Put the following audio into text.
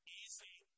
easy